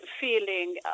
feeling